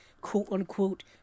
quote-unquote